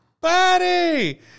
Buddy